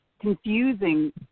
confusing